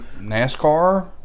NASCAR